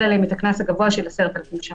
עליהם את הקנס הגבוה של 10,000 שקל.